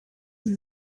sie